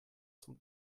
zum